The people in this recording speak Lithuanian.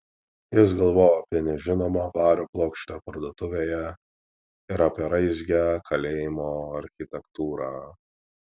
jis galvojo apie nežinomą vario plokštę parduotuvėje ir apie raizgią kalėjimo architektūrą